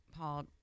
Paul